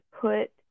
put